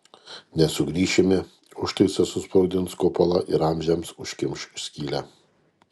nesugrįšime užtaisas susprogdins kupolą ir amžiams užkimš skylę